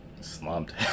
slumped